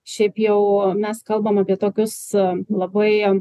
šiaip jau mes kalbame apie tokius labai